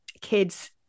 kids